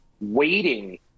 waiting